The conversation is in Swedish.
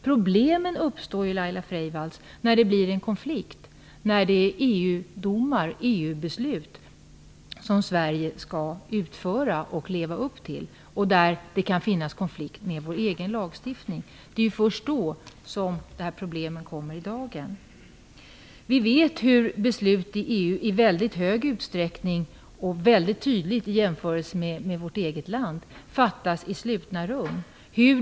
Problemen uppstår ju när det blir en konflikt, Laila Freivalds, när det finns EU-beslut som Sverige skall följa och leva upp till och där det kan finnas konflikter med vår egen lagstiftning. Det är först då som problemen kommer i dagen. Vi vet hur beslut i EU i mycket hög utsträckning fattas i slutna rum till skillnad mot vad som sker i vårt eget land.